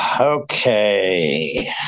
okay